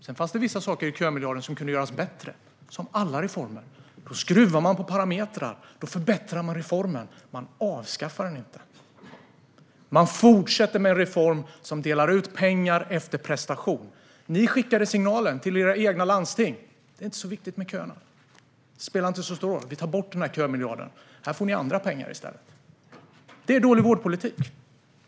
Sedan fanns det vissa saker i kömiljarden som kunde göras bättre - som i alla reformer. Då skruvar man på parametrar och förbättrar reformen; man avskaffar den inte. Man fortsätter med en reform som delar ut pengar efter prestation. Ni skickade signalen till era egna landsting: Det är inte så viktigt med köerna. Det spelar inte så stor roll. Vi tar bort kömiljarden, så får ni andra pengar i stället. Det är dålig vårdpolitik.